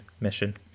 mission